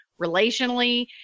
relationally